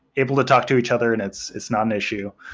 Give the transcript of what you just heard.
able to talk to each other and it's it's not an issue.